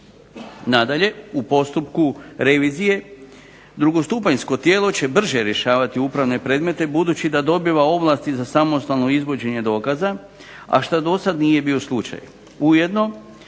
Nadalje, u postupku revizije drugostupanjsko tijelo će brže rješavati upravne predmete budući da dobiva ovlasti za samostalno izvođenje dokaza, a što do sad nije bio slučaj.